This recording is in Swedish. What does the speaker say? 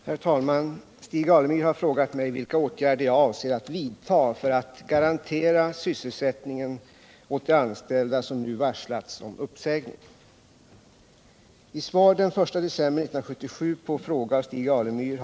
323, och anförde: Herr talman! Stig Alemyr har frågat mig vilka åtgärder jag avser att vidta för att garantera sysselsättning åt de anställda som nu varslats om uppsägning. I svar den 1 december 1977 på fråga av Stig Alemyr